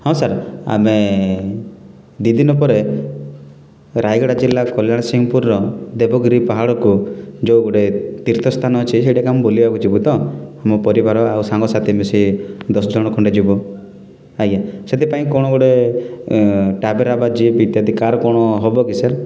ହଁ ସାର୍ ଆମେ ଦୁଇ ଦିନ ପରେ ରାୟଗଡ଼ା ଜିଲ୍ଲା କଲ୍ୟାଣସିଂପୁର୍ର ଦେବଗିରି ପାହାଡ଼କୁ ଯେଉଁ ଗୋଟେ ତୀର୍ଥ ସ୍ଥାନ ଅଛି ସେଇଠାକୁ ଆମେ ବୁଲିବାକୁ ଯିବୁ ତ ଆମ ପରିବାର ସାଙ୍ଗସାଥି ମିଶି ଦଶ ଜଣ ଖଣ୍ଡେ ଯିବୁ ଆଜ୍ଞା ସେଥିପାଇଁ କ'ଣ ଗୋଟେ ଗୋଟେ କାର୍ କ'ଣ ହେବ କି ସାର୍